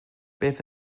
beth